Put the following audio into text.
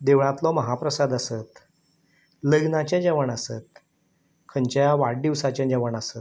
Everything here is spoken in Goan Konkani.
देवळांतलो महाप्रसाद आसत लग्नाचें जेवण आसत खंच्याय वाडदिवसाचे जेवण आसत